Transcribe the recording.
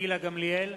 גילה גמליאל,